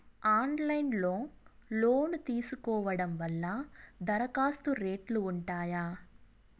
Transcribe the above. Online లో loan తీసుకోవడం వల్ల దరఖాస్తు రేట్లు ఉంటాయా?